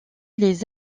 les